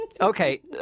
Okay